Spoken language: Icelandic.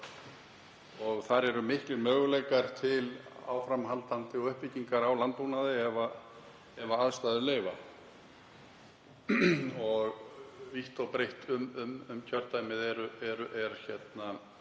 og þar eru miklir möguleikar til áframhaldandi uppbyggingar á landbúnaði ef aðstæður leyfa. Vítt og breitt um kjördæmið er mjög